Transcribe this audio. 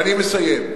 אני מסיים.